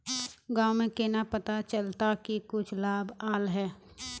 गाँव में केना पता चलता की कुछ लाभ आल है?